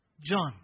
John